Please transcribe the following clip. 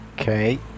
Okay